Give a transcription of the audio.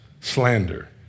slander